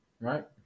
Right